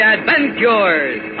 Adventures